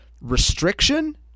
restriction